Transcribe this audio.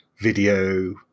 video